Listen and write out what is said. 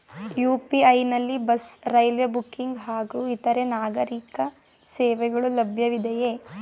UPI ನಲ್ಲಿ bus, railway booking ಹಾಗೂ ಇತರೆ ನಾಗರೀಕ ಸೇವೆಗಳು ಲಭ್ಯವಿದೆಯೇ?